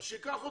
אז שייקח אותו.